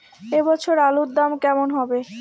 এ বছর আলুর দাম কেমন হবে?